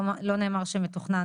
לא נאמר שמתוכנן.